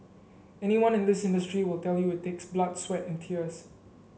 anyone in this industry will tell you it takes blood sweat and tears